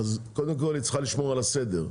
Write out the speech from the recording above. קודם כל, היא צריכה לשמור על הסדר,